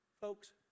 Folks